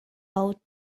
ought